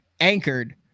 anchored